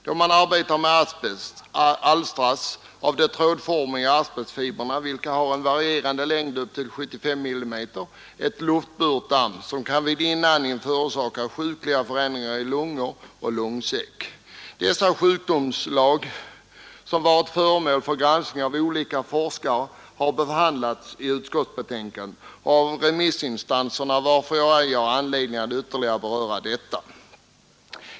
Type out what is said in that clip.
Då man arbetar med asbest alstras av de trådformiga asbestfibrerna, vilka har en varierande längd upp till 75 millimeter, ett luftburet band som vid inandning kan förorsaka sjukliga förändringar i lungor och lungsäck. Dessa sjukdomsslag, som varit föremål för granskning av olika forskare, har behandlats i utskottsbetänkandet och av remissinstanser varför jag ej har anledning att ytterligare beröra dem.